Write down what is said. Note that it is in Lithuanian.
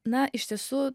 na iš tiesų